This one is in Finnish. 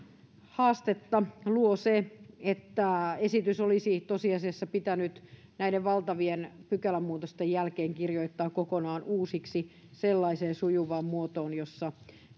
haastetta luo se että esitys olisi tosiasiassa pitänyt näiden valtavien pykälämuutosten jälkeen kirjoittaa kokonaan uusiksi sellaiseen sujuvaan muotoon jossa